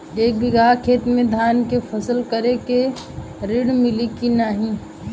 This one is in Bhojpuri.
एक बिघा खेत मे धान के फसल करे के ऋण मिली की नाही?